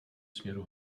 směru